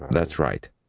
that's right.